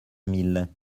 mille